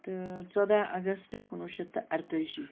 تہٕ ژۄدَہ اَگست کُنوُہ شٮ۪تھ تہٕ اَرتٲجی